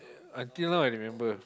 until now I remember